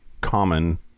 common